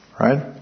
Right